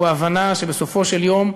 הוא ההבנה שבסופו של יום,